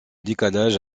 décalage